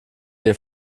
dir